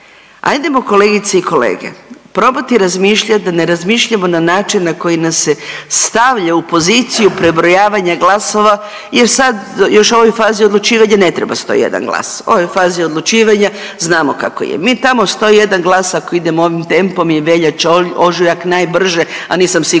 ajdemo kolegice i kolege, probati razmišljati da ne razmišljamo na način na koji nas se stavlja u poziciju prebrojavanja glasova jer sad još u ovoj fazi odlučivanja ne treba 101 glas, u ovoj fazi odlučivanja znamo kako je. Mi tamo 101, ako idemo ovim tempom je veljača, ožujak najbrže, a nisam sigurna